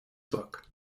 book